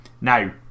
Now